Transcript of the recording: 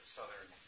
Southern